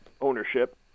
ownership